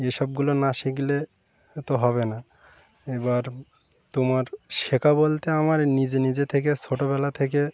এসবগুলো না শিখলে তো হবে না এবার তোমার শেখা বলতে আমার নিজে নিজে থেকে ছোটোবেলা থেকে